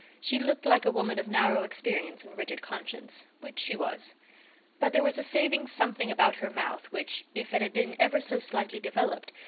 she looked like a woman of narrow experience and rigid conscience, which she was but there was a saving something about her mouth which, if it had been ever so slightly developed,